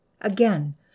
Again